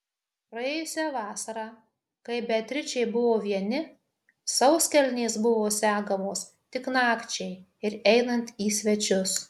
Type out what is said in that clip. praėjusią vasarą kai beatričei buvo vieni sauskelnės buvo segamos tik nakčiai ir einant į svečius